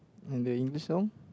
and the English song